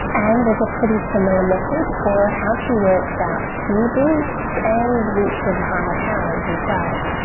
and there's a pretty similar method for how she works out cube roots and roots of higher powers as well.